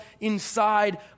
inside